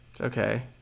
Okay